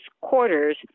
quarters